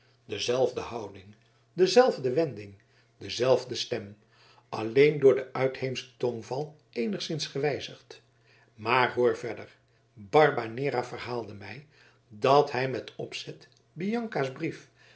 dezelfde houding dezelfde wending dezelfde stem alleen door den uitheemschen tongval eenigszins gewijzigd maar hoor verder barbanera verhaalde mij dat hij met opzet bianca's brief